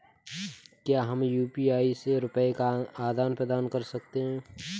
क्या हम यू.पी.आई से रुपये का आदान प्रदान कर सकते हैं?